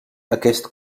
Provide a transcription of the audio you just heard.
aquest